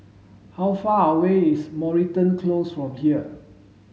how far away is Moreton Close from here